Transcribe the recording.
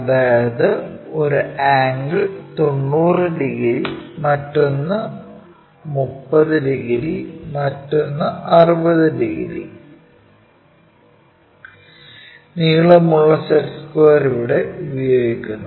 അതായതു ഒരു angle 90 degree മറ്റൊന്ന് 30 ഡിഗ്രി മറ്റൊന്ന് 60 ഡിഗ്രി നീളമുള്ള സെറ്റ് സ്ക്വയർ ഇവിടെ ഉപയോഗിക്കുന്നു